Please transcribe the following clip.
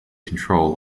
control